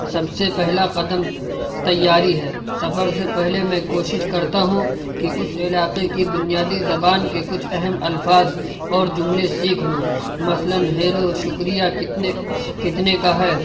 سب سے پہلا قدم تیاری ہے سفر سے پہلے میں کوشش کرتا ہوں کہ اس علاقے کی بنیادی زبان کے کچھ اہم الفاظ اور جملے سیکھ لوں مثلاً ہیلو شکریہ کتنے کتنے کا ہے